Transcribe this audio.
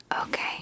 Okay